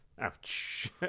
Ouch